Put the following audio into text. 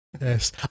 Yes